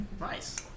Nice